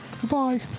Goodbye